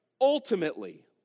ultimately